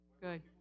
Good